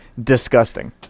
disgusting